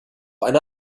eine